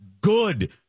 good